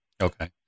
Okay